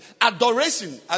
Adoration